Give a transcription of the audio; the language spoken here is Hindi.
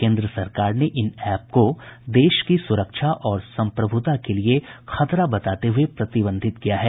केन्द्र सरकार ने इन एप को देश की सुरक्षा और संप्रभुता के लिये खतरा बताते हुए प्रतिबंधित किया है